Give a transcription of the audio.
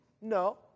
No